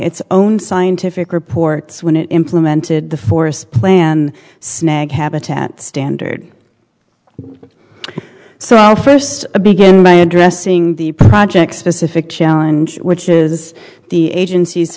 its own scientific reports when it implemented the forest plan snag habitat standard so st begin by addressing the project's specific challenge which is the agenc